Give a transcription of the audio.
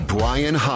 Brian